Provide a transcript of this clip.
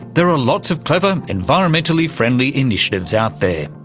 there are lots of clever, environmentally friendly initiatives out there.